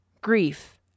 grief